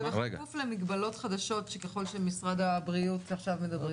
ובכפוף למגבלות חדשות שככל שמשרד הבריאות עכשיו מדברים עליהן.